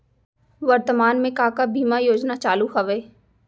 वर्तमान में का का बीमा योजना चालू हवये